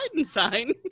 sign